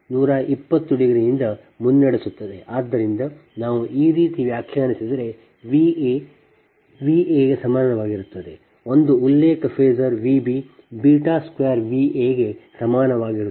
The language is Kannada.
ಆದ್ದರಿಂದ ನಾವು ಈ ರೀತಿ ವ್ಯಾಖ್ಯಾನಿಸಿದರೆ VaVa ಗೆ ಸಮಾನವಾಗಿರುತ್ತದೆ ಒಂದು ಉಲ್ಲೇಖ ಫೇಸರ್ Vb ಬೀಟಾ ಸ್ಕ್ವೇರ್ Vaಗೆ ಸಮಾನವಾಗಿರುತ್ತದೆ